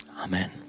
Amen